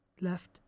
left